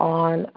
on